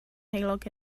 heulog